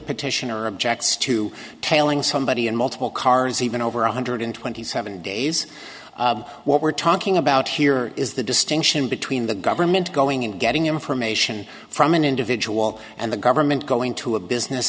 petitioner objects to tailing somebody in multiple cars even over one hundred twenty seven days what we're talking about here is the distinction between the government going and getting information from an individual and the government going to a business